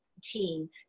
team